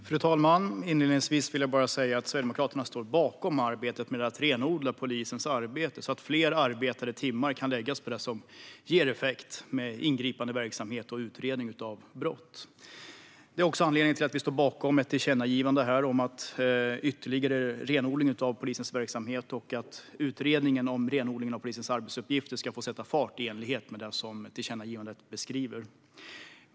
Fru talman! Inledningsvis vill jag bara säga att Sverigedemokraterna står bakom arbetet med att renodla polisens arbete, så att fler arbetade timmar kan läggas på det som ger effekt med ingripande verksamhet och utredning av brott. Det är också anledningen till att vi står bakom ett tillkännagivande om ytterligare renodling av polisens verksamhet och att utredningen om renodling av polisens arbetsuppgifter ska få sätta fart i enlighet med det som tillkännagivandet beskriver.